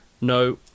No